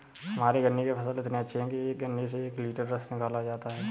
हमारे गन्ने के फसल इतने अच्छे हैं कि एक गन्ने से एक लिटर रस निकालता है